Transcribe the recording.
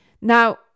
Now